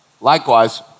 Likewise